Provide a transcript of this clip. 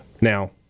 Now